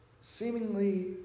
seemingly